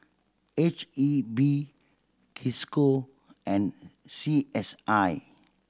H E B Cisco and C S I